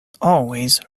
always